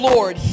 Lord